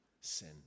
sin